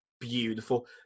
beautiful